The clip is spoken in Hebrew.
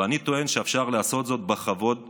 ואני טוען שאפשר לעשות זאת בכבוד ובהבנה.